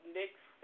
next